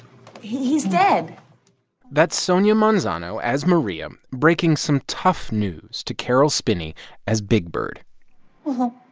he's dead that's sonia manzano as maria breaking some tough news to caroll spinney as big bird oh,